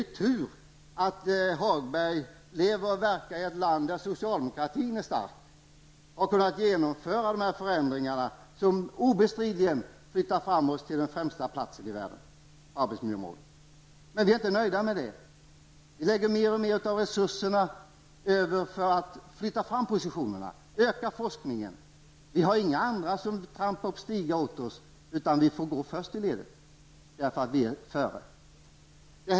Det är tur att Lars-Ove Hagberg lever och verkar i ett land där socialdemokratin är stark och har kunnat genomföra de förändringar som obestridligen flyttar fram oss till den främsta platsen i världen på arbetsmiljöområdet. Men vi är inte nöjda med det. Vi lägger över mer och mer av resurserna för att flytta fram positionerna, öka forskningen. Vi har inga andra som trampar upp stigar åt oss. Vi får gå först i ledet, därför att vi är föregångare.